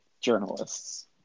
journalists